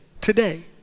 today